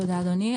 תודה, אדוני.